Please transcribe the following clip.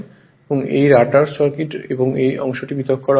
সুতরাং এই rotor circuit এবং এই অংশটি পৃথক করা হয়